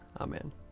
Amen